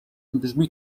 brzmi